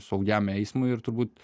saugiam eismui ir turbūt